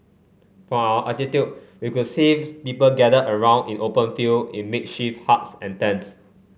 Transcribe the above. from our altitude we could see people gathered around in open field in makeshift huts and tents